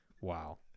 Wow